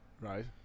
Right